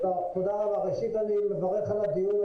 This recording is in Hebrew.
תודה רבה, ראשית אני מברך על הדיון,